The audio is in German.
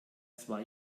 zwei